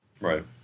Right